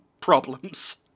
problems